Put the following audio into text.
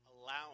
allowing